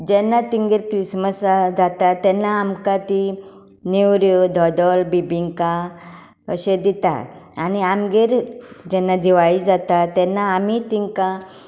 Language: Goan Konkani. जेन्ना तांगेर ख्रिस्मसाक जाता तेन्ना आमकां ती नेवऱ्यो दोदोल बिबींका अशें दितात आनी आमगेर जेन्ना दिवाळी जाता तेन्ना आमी तांकां